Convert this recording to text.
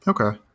Okay